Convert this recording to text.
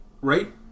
Right